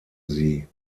sie